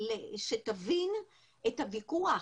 ושתבין את הוויכוח